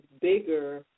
bigger